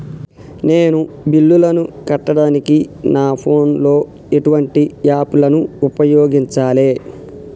నేను బిల్లులను కట్టడానికి నా ఫోన్ లో ఎటువంటి యాప్ లను ఉపయోగించాలే?